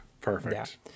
perfect